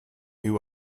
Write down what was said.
who